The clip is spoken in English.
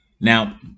now